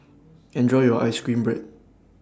Enjoy your Ice Cream Bread